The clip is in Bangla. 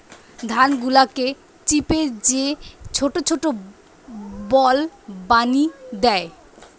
ধান গুলাকে চিপে যে ছোট ছোট বল বানি দ্যায়